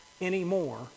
anymore